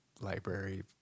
library